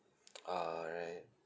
orh all right